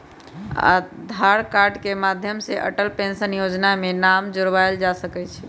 आधार card के माध्यम से अटल पेंशन जोजना में नाम जोरबायल जा सकइ छै